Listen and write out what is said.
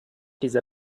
dieser